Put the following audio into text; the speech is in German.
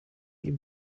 ihm